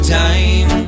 time